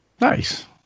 Nice